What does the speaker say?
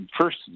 first